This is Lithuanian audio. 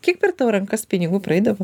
kiek per tavo rankas pinigų praeidavo